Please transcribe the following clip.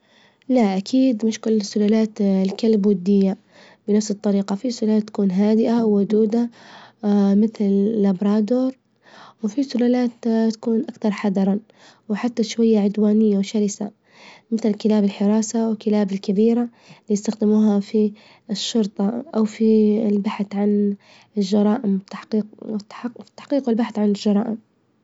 لا أكيد مش كل السلالات الكلب ودية، بنفس الطريقة في سلالة تكون هادئة ودودة، مثل: لابرادور، وفي سلالات تكون أكثر حذرا، وحتى شوية عدوانية وشرسة، مثل: كلاب الحراسة وكلاب الكبيرة، يستخدموها في الشرطة والبحث عن جرائم تحقيق- تحقيق والبحث عن الجرائم.